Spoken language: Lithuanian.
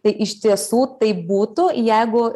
tai iš tiesų taip būtų jeigu